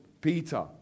Peter